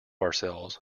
ourselves